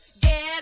Get